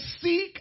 seek